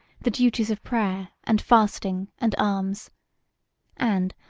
the duties of prayer, and fasting, and alms and,